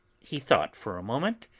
he thought for a moment,